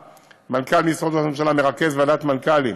מנכ"ל משרד ראש הממשלה מרכז ועדת מנכ"לים